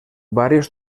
varios